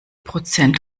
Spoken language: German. prozent